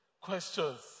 questions